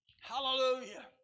Hallelujah